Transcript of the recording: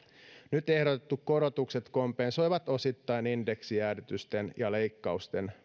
nyt ehdotetut korotukset kompensoivat osittain indeksijäädytysten ja leikkausten